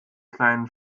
kleinen